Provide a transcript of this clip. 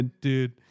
dude